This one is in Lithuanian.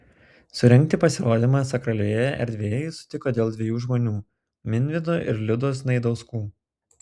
surengti pasirodymą sakralioje erdvėje jis sutiko dėl dviejų žmonių minvydo ir liudos znaidauskų